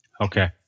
Okay